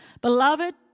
Beloved